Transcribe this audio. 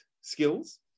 Skills